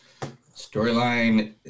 Storyline